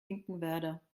finkenwerder